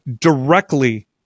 directly